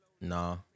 Nah